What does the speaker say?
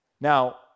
Now